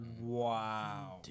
Wow